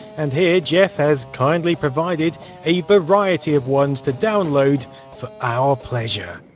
and here jeff has kindly provided a variety of ones to download for our pleasure.